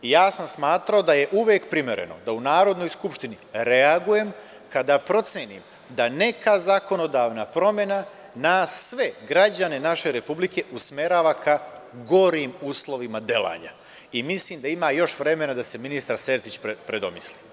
Ja sam smatrao da je uvek primereno da u Narodnoj skupštini reagujem kada procenim da neka zakonodavna promena nas sve, građane naše Republike usmerava ka gorim uslovima delanja i mislim da ima još vremena da se ministar Sertić predomisli.